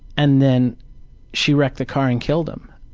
and then she wrecked the car and killed him.